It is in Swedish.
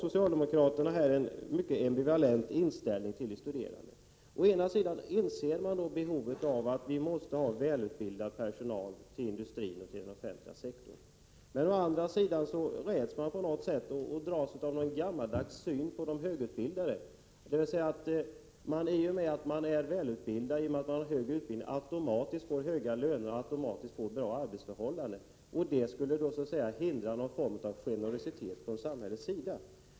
Socialdemokraterna har en ambivalent inställning till de studerande. Å ena sidan inser man behovet av att få välutbildad personal till industrin och till den offentliga sektorn, å andra sidan dras man med en gammaldags syn på högutbildade, innebärande att man i och med att man är högutbildad automatiskt får goda löner och bra arbetsförhållanden. Detta skulle i sin tur lägga hinder i vägen för en generositet från samhällets sida.